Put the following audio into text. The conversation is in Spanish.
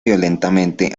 violentamente